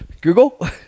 Google